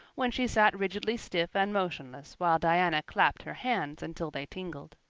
when she sat rigidly stiff and motionless while diana clapped her hands until they tingled.